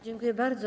Dziękuję bardzo.